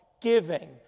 giving